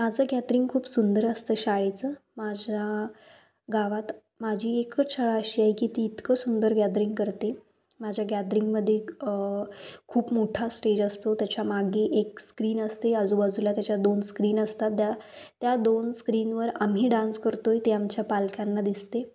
माझं गॅदरिंग खूप सुंदर असतं शाळेचं माझ्या गावात माझी एकच शाळा अशी आहे की ती इतकं सुंदर गॅदरिंग करते माझ्या गॅदरिंगमध्ये खूप मोठा स्टेज असतो त्याच्यामागे एक स्क्रीन असते आजूबाजूला त्याच्या दोन स्क्रीन असतात त्या त्या दोन स्क्रीनवर आम्ही डान्स करतो आहे ते आमच्या पालकांना दिसते